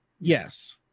Yes